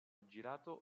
girato